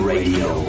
Radio